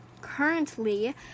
currently